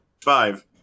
five